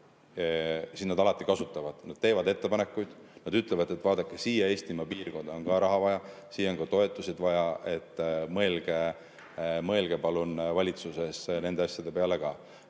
siis nad alati kasutavad seda, nad teevad ettepanekuid, ütlevad, et vaadake, siia Eestimaa piirkonda on ka raha vaja, siia on toetusi vaja, palun mõelge valitsuses nende asjade peale ka. Ja